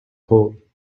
hole